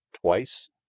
twice